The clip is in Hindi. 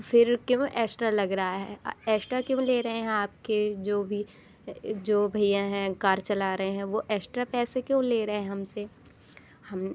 फिर क्यों एस्ट्रा लग रहा है एस्ट्रा क्यों ले रहे हैं आपके जो भी जो भैया हैं कार चला रे हैं वह एस्ट्रा पैसे क्यों ले रहे हैं हमसे हम